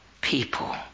people